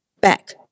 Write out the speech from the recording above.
back